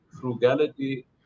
frugality